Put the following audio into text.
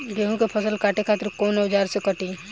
गेहूं के फसल काटे खातिर कोवन औजार से कटी?